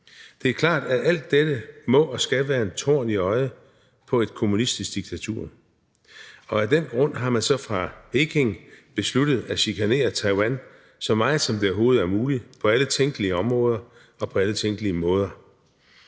Det er klart, at alt dette må og skal være en torn i øjet på et kommunistisk diktatur, og af den grund har man så fra Peking besluttet at chikanere Taiwan så meget, som det overhovedet er muligt, på alle tænkelige områder og på alle tænkelige måder.